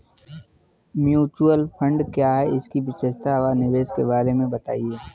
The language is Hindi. म्यूचुअल फंड क्या है इसकी विशेषता व निवेश के बारे में बताइये?